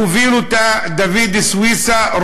והוביל אותה דוד סויסה,